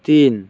তিন